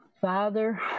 Father